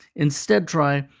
instead, try,